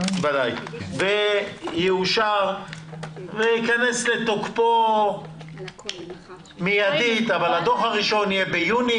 הוא ייכנס לתוקפו מיידית אבל הדוח הראשון יהיה ביוני